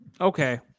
okay